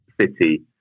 city